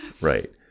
Right